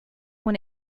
when